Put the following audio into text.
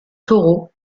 taureau